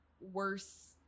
worse